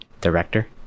director